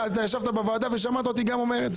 ישבת בוועדה ושמעת אותי גם אומר את זה.